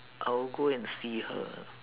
I will go and see her